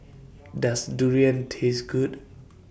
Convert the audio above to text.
Does Durian Taste Good